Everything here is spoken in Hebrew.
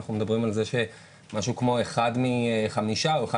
אנחנו מדברים על זה שמשהו כמו אחד מחמישה או אחד